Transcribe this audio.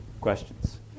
Questions